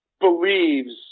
believes